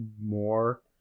more